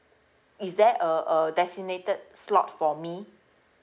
is there a a designated slot for me